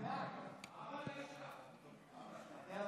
המינהל (החלטות והנמקות) (תיקון,